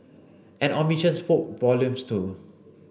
an omission spoke volumes too